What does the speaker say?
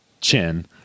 Chin